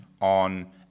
on